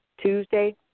Tuesday